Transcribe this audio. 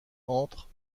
entre